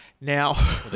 Now